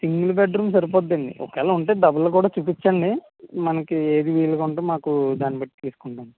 single bedroom సరిపోతుంది అండి ఒకవేళ ఉంటే డబుల్ కూడా చూపిచండి మనకి ఏది వీలుగా ఉందో మాకు దాన్నిబట్టి తీస్కుంటాం